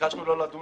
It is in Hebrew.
ביקשנו לא לדון